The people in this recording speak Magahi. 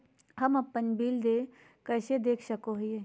हम अपन बिल देय कैसे देख सको हियै?